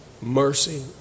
mercy